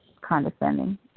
condescending